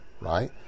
right